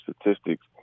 statistics